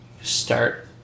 start